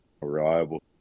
reliable